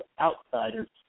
outsiders